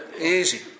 Easy